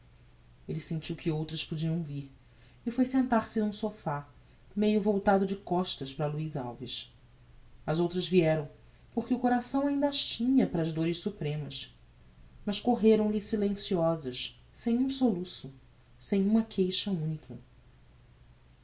elle sentiu que outras podiam vir e foi sentar-se n'um sophá meio voltado de costas para luiz alves as outras vieram porque o coração ainda as tinha para as dôres supremas mas correram lhe silenciosas sem um soluço sem uma queixa unica